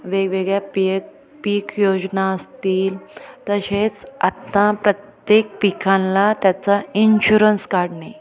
वेगवेगळ्या पीय पीक योजना असतील तसेच आता प्रत्येक पिकाला त्याचा इन्शुरन्स काढणे